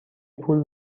پول